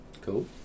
Cool